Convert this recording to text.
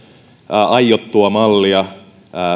aiottua mallia